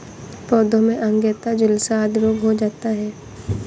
पौधों में अंगैयता, झुलसा आदि रोग हो जाता है